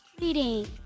Reading